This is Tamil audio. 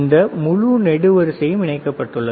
இந்த முழு நெடுவரிசையும் இணைக்கப்பட்டுள்ளது